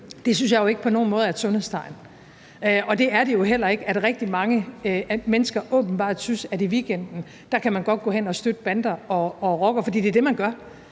synes jeg jo ikke på nogen måde er et sundhedstegn, og det er det heller ikke, at rigtig mange mennesker åbenbart synes, at i weekenden kan man godt gå hen og støtte bander og rockere. For det er det, man gør: